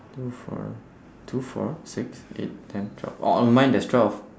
two four two four six eight ten twelve oh on mine there's twelve